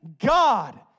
God